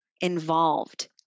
involved